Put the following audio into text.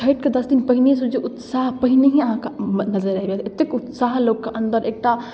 छठिके दस दिन पहिनहिसँ जे उत्साह पहिनहिए अहाँके नजरि आबि जाइ छै एतेक उत्साह लोकके अन्दर एकटा